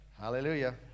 Hallelujah